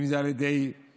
אם זה על ידי סרטונים,